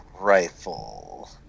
rifle